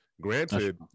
Granted